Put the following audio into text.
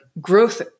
growth